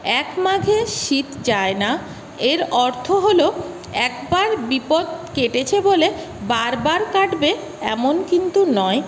এক মাঘে শীত যায় না এর অর্থ হল একবার বিপদ কেটেছে বলে বারবার কাটবে এমন কিন্তু নয়